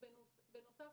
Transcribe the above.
בנוסף,